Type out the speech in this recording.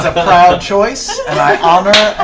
proud choice, and i honor